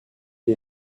est